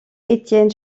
étienne